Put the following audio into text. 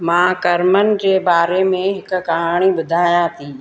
मां कर्मनि के बारे में हिकु कहाणी ॿुधायां थी